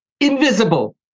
Invisible